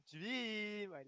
Dream